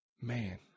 man